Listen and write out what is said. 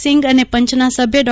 સીંઘ અને પંચના સભ્ય ડો